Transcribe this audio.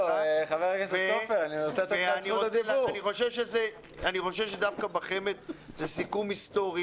אני חושב שדווקא בחמ"ד זה סיכום היסטורי,